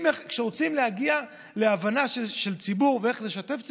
כשרוצים להגיע להבנה של ציבור ואיך לשתף ציבור,